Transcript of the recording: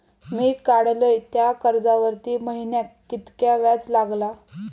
मी काडलय त्या कर्जावरती महिन्याक कीतक्या व्याज लागला?